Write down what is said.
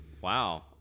Wow